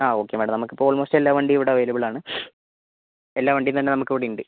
ആ okay madam നമുക്ക് ഇപ്പോൾ ഓൾമോസ്റ്റ് എല്ലാ വണ്ടിയും ഇവിടെ അവൈലബിൾ ആണ് എല്ലാ വണ്ടിയും തന്നെ നമുക്ക് ഇവിടെ ഉണ്ട്